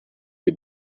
les